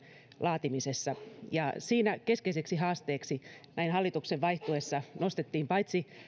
laatimisessa ja siinä keskeisiksi haasteiksi näin hallituksen vaihtuessa nostettiin paitsi